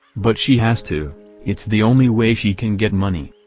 but she has to it's the only way she can get money.